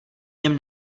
něm